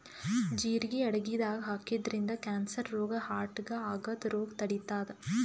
ಜಿರಗಿ ಅಡಗಿದಾಗ್ ಹಾಕಿದ್ರಿನ್ದ ಕ್ಯಾನ್ಸರ್ ರೋಗ್ ಹಾರ್ಟ್ಗಾ ಆಗದ್ದ್ ರೋಗ್ ತಡಿತಾದ್